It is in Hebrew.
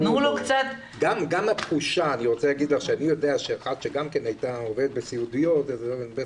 אני יודע שמישהי עבדה כסיעודית בבית